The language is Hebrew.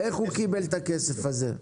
איך הוא קיבל את הכסף הזה?